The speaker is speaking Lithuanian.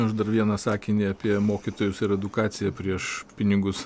aš dar vieną sakinį apie mokytojus ir edukaciją prieš pinigus